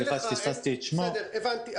הבנתי,